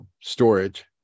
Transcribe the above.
storage